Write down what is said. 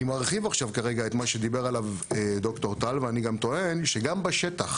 אני מרחיב עכשיו כרגע את מה שדיבר עליו ד"ר טל ואני גם טוען שגם בשטח